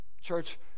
Church